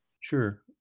Sure